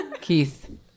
Keith